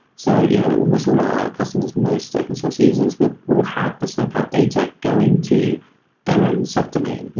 so you know almost all our customers, most open source users will will have the snowplow data going to their own subdomain.